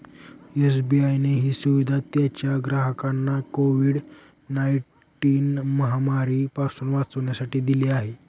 SBI ने ही सुविधा त्याच्या ग्राहकांना कोविड नाईनटिन महामारी पासून वाचण्यासाठी दिली आहे